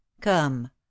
come